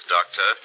Doctor